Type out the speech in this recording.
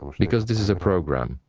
because this is a program.